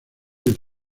del